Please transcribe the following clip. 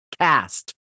cast